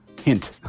Hint